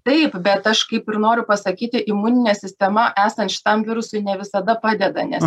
taip bet aš kaip ir noriu pasakyti imuninė sistema esant šitam virusui ne visada padeda nes